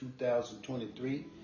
2023